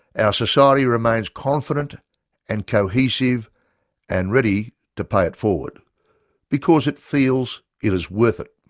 our society remains confident and cohesive and ready to pay it forward because it feels it is worth it.